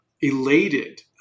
elated